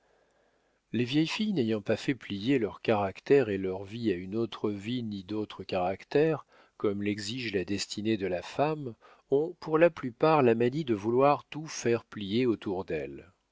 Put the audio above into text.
les vieilles filles n'ayant pas fait plier leur caractère et leur vie à une autre vie ni à d'autres caractères comme l'exige la destinée de la femme ont pour la plupart la manie de vouloir tout faire plier autour d'elles